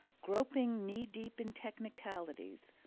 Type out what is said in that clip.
groping knee-deep in technicalities,